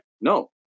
no